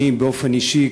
אני באופן אישי,